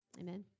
Amen